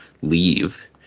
leave